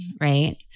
right